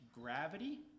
gravity